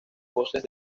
voces